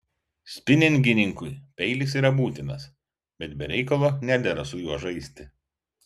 spiningininkui peilis yra būtinas bet be reikalo nedera su juo žaisti